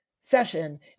session